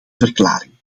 verklaring